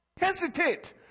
hesitate